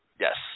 Yes